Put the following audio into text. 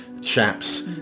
chaps